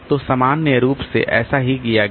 तो सामान्य रूप से ऐसा ही किया गया